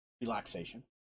relaxation